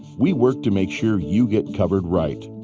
we work to make sure you get covered right.